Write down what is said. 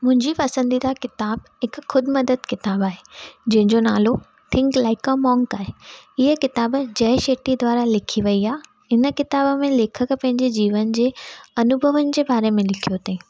मुंहिंजी पसंदीदा किताबु हिकु ख़ुदमदद किताब आहे जेंहिंजो नालो थिंक लाइक अ मॉन्क आहे हीअ किताबु जय शेट्टी द्वारा लिखी वई आहे इन किताब में लेखक पंहिंजे जीवन जे अनुभवनि जे बारे में लिखियो अथईं